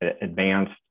advanced